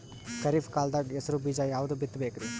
ಖರೀಪ್ ಕಾಲದಾಗ ಹೆಸರು ಬೀಜ ಯಾವದು ಬಿತ್ ಬೇಕರಿ?